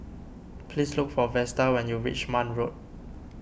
please look for Vesta when you reach Marne Road